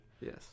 Yes